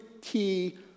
key